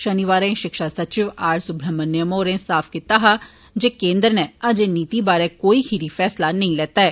शनिवारें शिक्षा सचिव आर सुब्रहमण्यम होरें साफ कीत्ता हा जे कोन्द्र नै अजें नीति बारै कोई फैसला नेंई लैत्ता ऐ